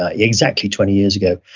ah exactly twenty years ago.